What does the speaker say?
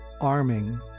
arming